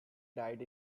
died